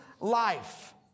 life